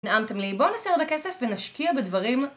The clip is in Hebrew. נעמתם לי. בואו נעשה הרבה כסף ונשקיע בדברים